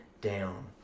down